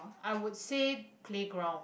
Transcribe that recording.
I would say playground